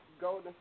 Golden